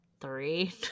three